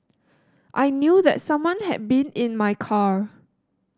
I knew that someone had been in my car